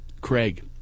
Craig